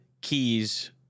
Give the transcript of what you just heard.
keys